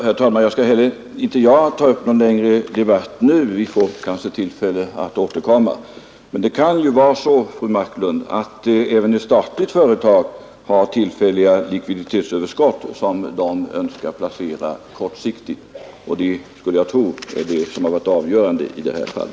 Herr talman! Jag skall inte heller ta upp någon längre debatt nu. Vi får kanske tillfälle att återkomma. Men det kan vara så, fru Marklund, att även ett statligt företag har ett tillfälligt likviditetsöverskott som det önskar placera kortsiktigt, och jag skulle tro att detta varit avgörande i detta fall.